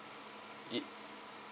it